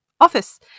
office